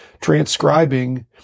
transcribing